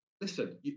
listen